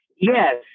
Yes